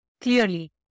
clearly